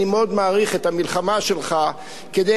אני מאוד מעריך את המלחמה שלך כדי